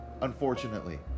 unfortunately